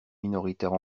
minoritaire